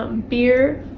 um beer,